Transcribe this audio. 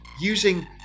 using